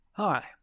Hi